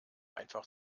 einfach